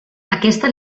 aquesta